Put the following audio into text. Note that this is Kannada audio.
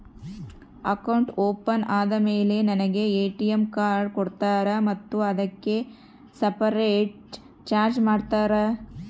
ಅಕೌಂಟ್ ಓಪನ್ ಆದಮೇಲೆ ನನಗೆ ಎ.ಟಿ.ಎಂ ಕಾರ್ಡ್ ಕೊಡ್ತೇರಾ ಮತ್ತು ಅದಕ್ಕೆ ಸಪರೇಟ್ ಚಾರ್ಜ್ ಮಾಡ್ತೇರಾ?